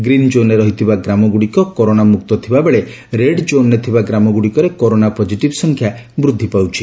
green ଜୋନରେ ରହିଥିବା ଗ୍ରାମଗୁଡିକ କରୋନା ମୁକ୍ତ ଥିବାବେଳେ ରୋଡଜେନାରେ ଥିବା ଗ୍ରାମଗୁଡିକରେ କରୋନା ପଟିଟିଭ ସଂଖ୍ୟା ବୃଦ୍ଧି ପାଉଛି